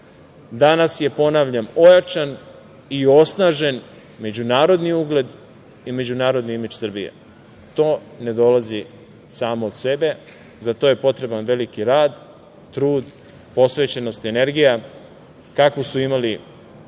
je, ponavljam, ojačan i osnažen međunarodni ugled i međunarodni imidž Srbije. To ne dolazi samo od sebe, za to je potreban veliki rad, trud, posvećenost i energija kakvu su imali i